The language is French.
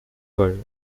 vol